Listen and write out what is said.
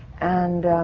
and